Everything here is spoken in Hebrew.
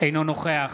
אינו נוכח